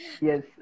Yes